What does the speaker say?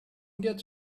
get